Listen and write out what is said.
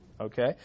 Okay